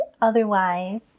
otherwise